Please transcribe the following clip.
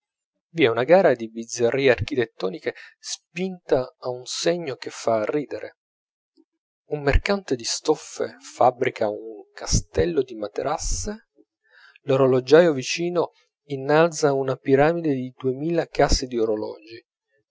campanili v'è una gara di bizzarrie architettoniche spinta a un segno che fa ridere un mercante di stoffe fabbrica un castello di materasse l'orologiaio vicino innalza una piramide di duemila casse d'orologi